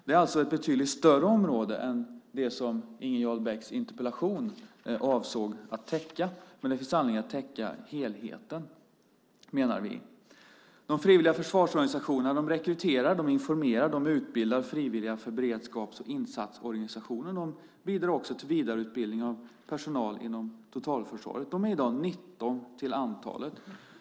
Det är alltså ett betydligt större område än det som Inger Jarl Becks interpellation avsåg att täcka. Vi menar att det finns anledning att täcka helheten. De frivilliga försvarsorganisationerna rekryterar, informerar och utbildar frivilliga för beredskaps och insatsorganisationen. De bidrar också till vidareutbildning av personal inom totalförsvaret. De är i dag 19 till antalet.